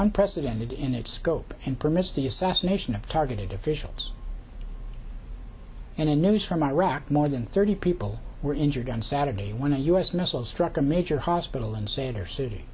unprecedented in its scope and permits the assassination of targeted officials and the news from iraq more than thirty people were injured on saturday when a u s missile struck a major hospital in say their city